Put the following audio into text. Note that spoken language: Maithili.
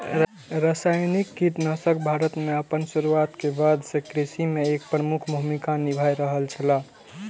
रासायनिक कीटनाशक भारत में आपन शुरुआत के बाद से कृषि में एक प्रमुख भूमिका निभाय रहल छला